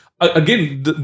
Again